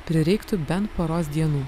prireiktų bent poros dienų